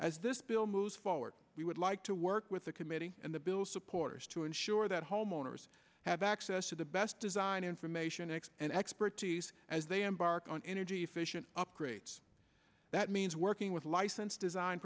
as this bill moves forward we would like to work with the committee and the bill supporters to ensure that homeowners have access to the best design information x and expertise as they embark on energy efficient upgrades that means working with licensed design